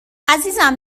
عزیزم